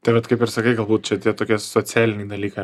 tai vat kaip ir sakai galbūt čia tie tokie socialiniai dalyka